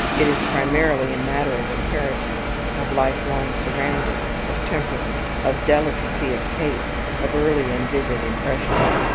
it is primarily a matter of inheritance, of lifelong surroundings, of temperament, of delicacy of taste, of early and vivid impressions.